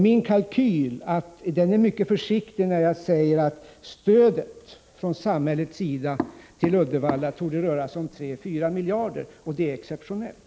Min kalkyl är mycket försiktig, när jag säger att stödet från samhällets sida till Uddevalla torde röra sig om 3 å 4 miljarder kronor, vilket är exceptionellt.